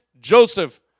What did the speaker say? Joseph